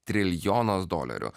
triljonas dolerių